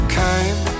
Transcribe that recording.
came